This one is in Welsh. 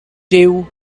duw